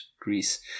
greece